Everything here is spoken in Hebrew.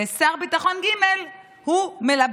ושר ביטחון ג' מלבה.